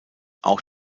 auch